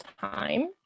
time